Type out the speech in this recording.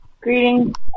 Greetings